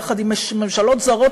יחד עם ממשלות זרות,